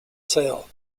sale